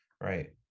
right